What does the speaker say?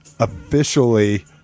officially